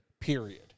period